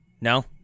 No